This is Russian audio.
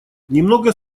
немного